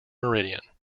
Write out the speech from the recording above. meridian